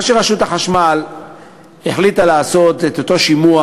מה שרשות החשמל החליטה לעשות זה את אותו שימוע,